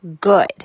good